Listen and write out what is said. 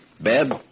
bed